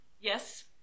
yes